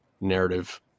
narrative